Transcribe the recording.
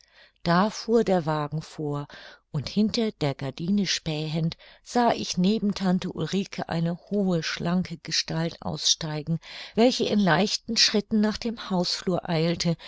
da fuhr der wagen vor und hinter der gardine spähend sah ich neben tante ulrike eine hohe schlanke gestalt aussteigen welche in leichten schritten nach dem hausflur eilte